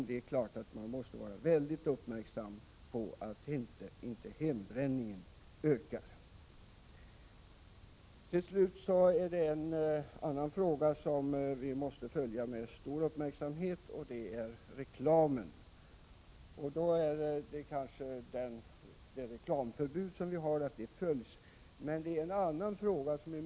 Det är klart att man måste vara väldigt uppmärksam. Hembränningen får inte öka. En annan fråga som vi måste följa med stor uppmärksamhet gäller reklamen, att det reklamförbud som vi har följs.